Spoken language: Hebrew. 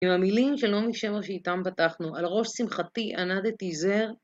עם המילים של נעמי שמר שאיתם פתחנו, על ראש שמחתי ענדתי זר.